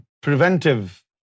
preventive